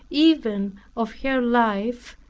even of her life,